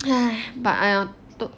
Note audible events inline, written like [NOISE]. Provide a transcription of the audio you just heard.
[NOISE] but !aiya!